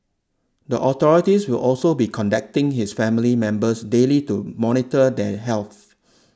the authorities will also be contacting his family members daily to monitor their health